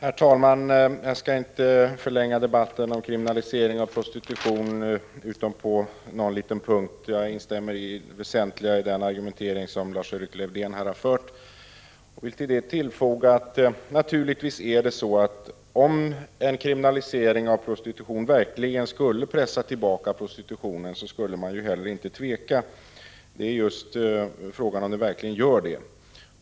Prot. 1985/86:37 Herr talman! Jag skall inte förlänga debatten om kriminalisering av 27 november 1985 prostitutionen utom på en punkt. Jag instämmer i det väsentliga iden GGN argumentation som Lars-Erik Lövdén här har fört. Jag vill tillfoga att det naturligtvis är så att om kriminalisering av prostitutionen verkligen skulle pressa tillbaka prostitutionen, skulle man inte heller tveka. Frågan är just om den verkligen gör det.